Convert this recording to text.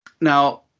Now